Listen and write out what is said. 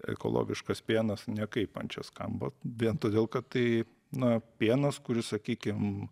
ekologiškas pienas nekaip man čia skamba vien todėl kad tai na pienas kuris sakykim